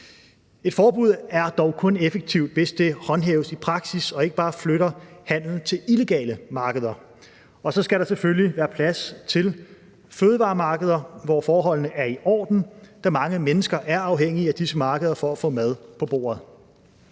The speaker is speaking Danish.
Et forbud er dog kun effektivt, hvis det håndhæves i praksis og ikke bare flytter handelen til illegale markeder. Og så skal der selvfølgelig være plads til fødevaremarkeder, hvor forholdene er i orden, da mange mennesker er afhængige af disse markeder for at få mad på bordet.